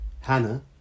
Hannah